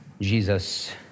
Jesus